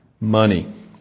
money